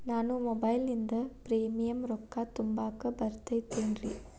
ನಾನು ಮೊಬೈಲಿನಿಂದ್ ಪ್ರೇಮಿಯಂ ರೊಕ್ಕಾ ತುಂಬಾಕ್ ಬರತೈತೇನ್ರೇ?